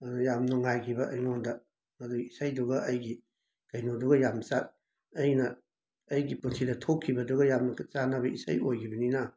ꯑꯗꯣ ꯌꯥꯝ ꯅꯨꯡꯉꯥꯏꯈꯤꯕ ꯑꯩꯉꯣꯟꯗ ꯑꯗꯨꯒꯤ ꯏꯁꯩꯗꯨꯒ ꯑꯩꯒꯤ ꯀꯩꯅꯣꯗꯨꯒ ꯌꯥꯝꯅ ꯆꯥ ꯑꯩꯅ ꯑꯩꯒꯤ ꯄꯨꯟꯁꯤꯗ ꯊꯣꯛꯈꯤꯕꯗꯨꯒ ꯌꯥꯝꯅꯒ ꯆꯥꯅꯕ ꯏꯁꯩ ꯑꯣꯏꯈꯤꯕꯅꯤꯅ